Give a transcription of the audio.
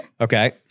Okay